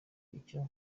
icyo